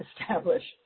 established